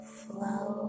flow